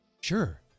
Sure